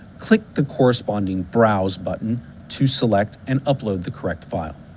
click the corresponding browse button to select and upload the correct file.